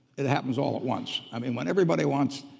it happens all at once. i mean when everybody wants,